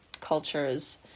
cultures